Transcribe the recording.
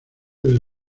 del